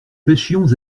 pêchions